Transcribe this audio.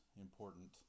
important